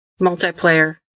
multiplayer